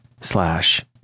slash